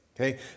Okay